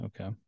Okay